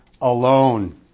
alone